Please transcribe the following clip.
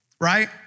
right